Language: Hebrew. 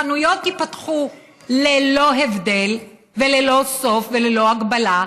חנויות תיפתחנה ללא הבדל וללא סוף וללא הגבלה,